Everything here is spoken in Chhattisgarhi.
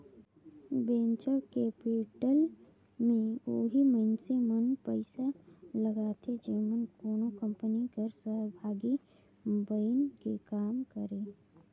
वेंचर कैपिटल में ओही मइनसे मन पइसा लगाथें जेमन कोनो कंपनी कर सहभागी बइन के काम करें